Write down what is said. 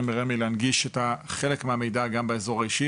ברמ"י להנגיש חלק מהמידע גם באזור הזה.